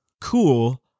Cool